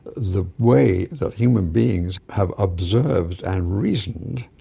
the way that human beings have observed and reasoned,